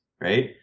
right